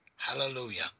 Hallelujah